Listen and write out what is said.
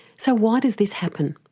so why does this happen?